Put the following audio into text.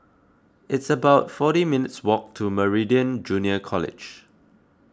it's about forty minutes' walk to Meridian Junior College